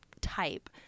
type